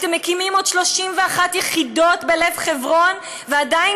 אתם מקימים עוד 31 יחידות בלב חברון ועדיין